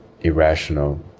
irrational